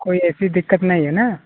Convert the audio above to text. कोई ऐसी दिक्कत नहीं है ना